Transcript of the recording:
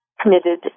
committed